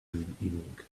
evening